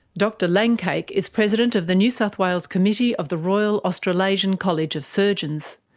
dr langcake is president of the new south wales committee of the royal australasian college of surgeons.